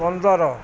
ପନ୍ଦର